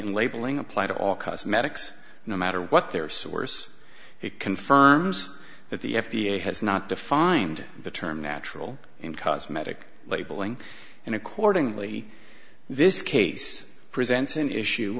and labeling apply to all cosmetics no matter what their source it confirms that the f d a has not defined the term natural in cosmetic labeling and accordingly this case presents an issue